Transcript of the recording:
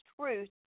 truth